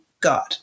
God